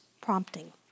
prompting